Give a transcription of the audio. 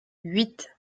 huit